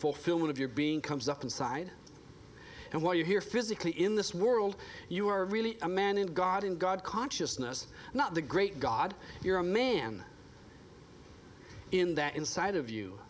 fulfilment of your being comes up inside and while you're here physically in this world you are really a man of god and god consciousness not the great god you're a man in that inside of you